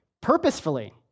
purposefully